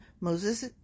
Moses